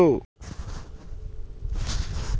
ప్రధానమంత్రి యోజన కోసం ఎవరెవరు దరఖాస్తు చేసుకోవచ్చు?